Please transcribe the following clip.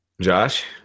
Josh